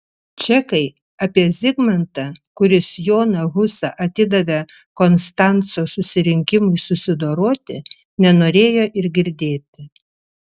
čekai apie zigmantą kuris joną husą atidavė konstanco susirinkimui susidoroti nenorėjo ir girdėti